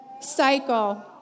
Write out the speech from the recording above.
cycle